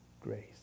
grace